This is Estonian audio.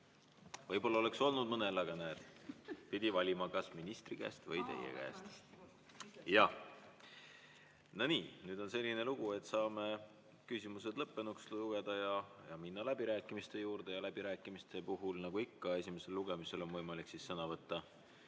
mõnel oleks [küsimus] olnud, aga näed, pidi valima, kas küsida ministri käest või teie käest. Jah. No nii, nüüd on selline lugu, et saame küsimused lõppenuks lugeda ja minna läbirääkimiste juurde. Läbirääkimiste puhul nagu ikka esimesel lugemisel on võimalik sõna võtta